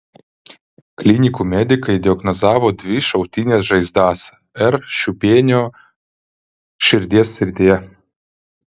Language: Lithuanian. klinikų medikai diagnozavo dvi šautines žaizdas r šiupienio širdies srityje